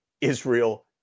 Israel